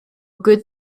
good